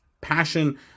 passion